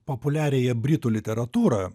populiariąją britų literatūrą